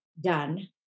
done